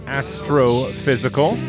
astrophysical